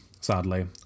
Sadly